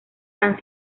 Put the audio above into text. han